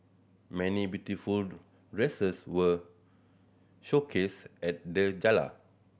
many beautiful dresses were showcased at the gala